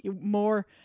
more